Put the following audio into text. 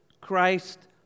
Christ